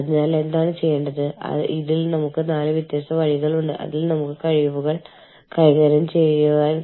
അതിനാൽ ഞാൻ ഉദ്ദേശിക്കുന്നത് ഒരു അന്തർദേശീയ സംഘടനയുടെ എല്ലാ വ്യത്യസ്ത യൂണിറ്റുകളുമായും ഒരു പുനർനിർമ്മാണവും ഒന്നാണെന്ന തോന്നലും മാത്രമാണ്